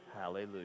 Hallelujah